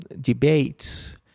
debates